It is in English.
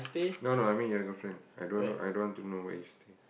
no no I mean your girlfriend I don't I don't want to know where you stay